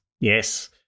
Yes